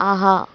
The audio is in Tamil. ஆஹா